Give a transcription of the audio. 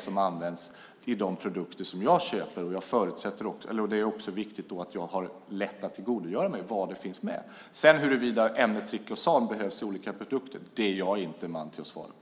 som finns i de produkter jag köper, och då är det viktigt att jag lätt kan se vad som ingår i produkterna. Huruvida ämnet triklosan behövs i olika produkter är jag inte man att svara på.